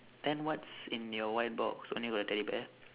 then what's in your white box only got a teddy bear